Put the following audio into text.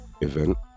event